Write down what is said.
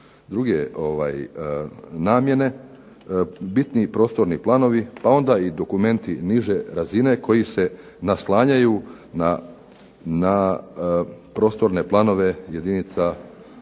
druge namjene bitniji prostorni planovi pa onda i dokumenti niže razine koji se naslanjaju na prostorne planove jedinica